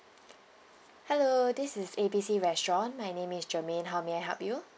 hello this is A B C restaurant my name is germaine how may I help you